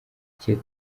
cye